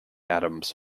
adams